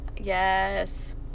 Yes